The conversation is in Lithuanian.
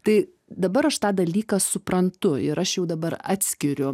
tai dabar aš tą dalyką suprantu ir aš jau dabar atskiriu